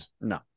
No